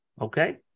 Okay